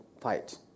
fight